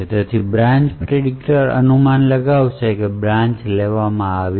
જેથી branch predictor અનુમાન લગાવશે કે બ્રાન્ચ લેવામાં આવી નથી